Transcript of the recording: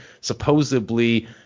Supposedly